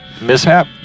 mishap